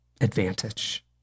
advantage